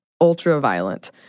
ultra-violent